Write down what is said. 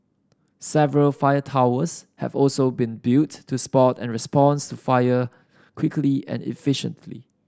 several fire towers have also been built to spot and responds to fire quickly and efficiently